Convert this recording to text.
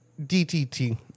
DTT